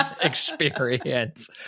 experience